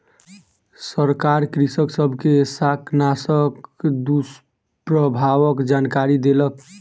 सरकार कृषक सब के शाकनाशक दुष्प्रभावक जानकरी देलक